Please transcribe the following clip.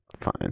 fine